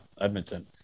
Edmonton